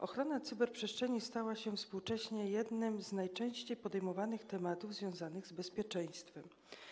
Ochrona cyberprzestrzeni stała się współcześnie jednym z najczęściej podejmowanych tematów związanych z bezpieczeństwem.